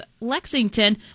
Lexington